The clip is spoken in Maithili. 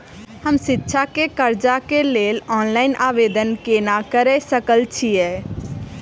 हम शिक्षा केँ कर्जा केँ लेल ऑनलाइन आवेदन केना करऽ सकल छीयै?